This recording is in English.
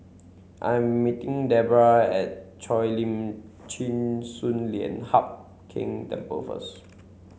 I'm meeting Debra at Cheo Lim Chin Sun Lian Hup Keng Temple first